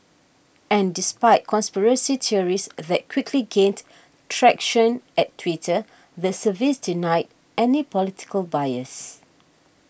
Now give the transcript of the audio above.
and despite conspiracy theories that quickly gained traction at Twitter the service denied any political bias